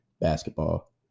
basketball